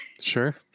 Sure